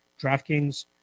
DraftKings